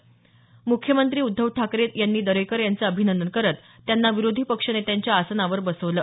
म्ख्यमंत्री उद्धव ठाकरे यांनी दरेकर यांचं अभिनंदन करत त्यांना विरोधी पक्षनेत्यांच्या आसनावर बसवलं